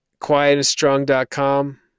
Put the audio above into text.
quietandstrong.com